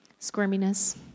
squirminess